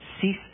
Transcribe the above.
cease